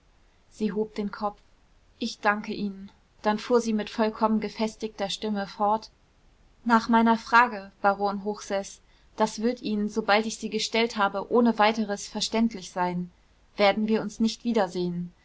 sie hob den kopf ich danke ihnen dann fuhr sie mit vollkommen gefestigter stimme fort nach meiner frage baron hochseß das wird ihnen sobald ich sie gestellt habe ohne weiteres verständlich sein werden wir uns nicht wiedersehen